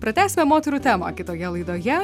pratęsime moterų temą kitoje laidoje